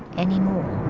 anymore.